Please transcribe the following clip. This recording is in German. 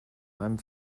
einem